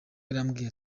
yarambwiye